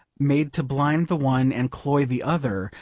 made to blind the one and cloy the other,